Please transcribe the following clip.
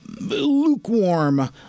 lukewarm